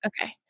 Okay